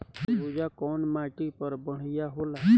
तरबूज कउन माटी पर बढ़ीया होला?